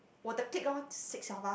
我的 the clique loh six of us